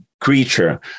creature